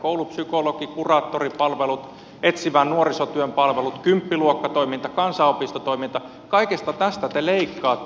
koulupsykologi ja kuraattoripalvelut etsivän nuorisotyön palvelut kymppiluokkatoiminta kansanopistotoiminta kaikesta tästä te leikkaatte